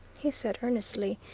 he said earnestly,